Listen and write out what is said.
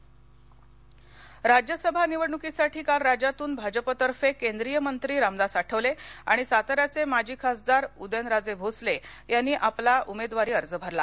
राज्यसभा अर्ज राज्यसभा निवडणुकीसाठी काल राज्यातून भाजपातर्फे केंद्रीय मंत्री रामदास आठवले आणि साताऱ्याचे माजी खासदार उदयनराजे भोसले यांनी आपला उमेदवारी अर्ज भरला